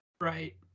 Right